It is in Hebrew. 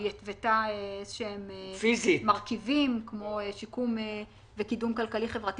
היא התוותה איזשהם מרכיבים כמו שיקום וקידום כלכלי חברתי